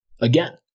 again